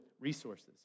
resources